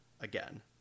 Again